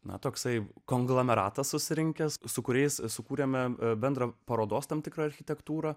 na toksai konglomeratas susirinkęs su kuriais sukūrėme bendrą parodos tam tikrą architektūrą